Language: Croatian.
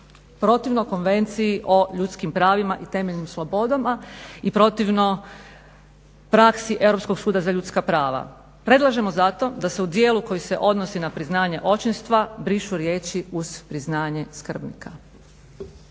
protivno Konvenciji o ljudskim pravima i temeljnim slobodama i protivno praksi Europskog suda za ljudska prava. Predlažemo zato da se u dijelu koji se odnosi na priznanje očinstva brišu riječi uz priznanje skrbnika.